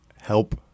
help